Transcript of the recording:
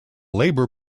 labour